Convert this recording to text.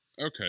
Okay